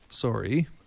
Sorry